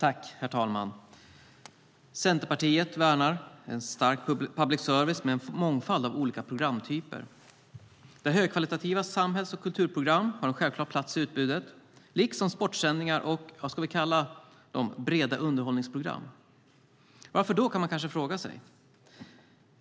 Herr talman! Centerpartiet värnar en stark public service med en mångfald av olika programtyper där högkvalitativa samhälls och kulturprogram har en självklar plats i utbudet, liksom sportsändningar och breda underhållningsprogram. Varför då, kan man kanske fråga sig.